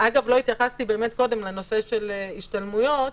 לא התייחסתי קודם לנושא של ההשתלמויות,